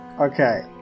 Okay